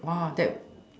oh that